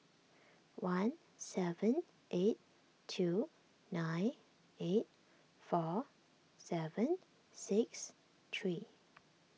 one seven eight two nine eight four seven six three